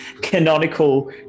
canonical